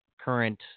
current